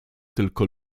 tylko